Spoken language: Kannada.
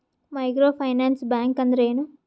ಮೈಕ್ರೋ ಫೈನಾನ್ಸ್ ಬ್ಯಾಂಕ್ ಅಂದ್ರ ಏನು?